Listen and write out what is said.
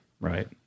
Right